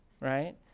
right